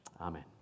Amen